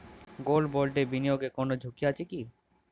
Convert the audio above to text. Gold বন্ডে বিনিয়োগে কোন ঝুঁকি আছে কি?